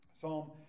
Psalm